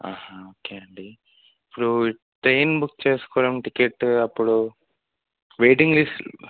ఆహా ఓకే అండీ ఇప్పుడూ ట్రైన్ బుక్ చేసుకోవడం టిక్కెట్టు అప్పుడూ వెయిటింగ్ లిస్ట్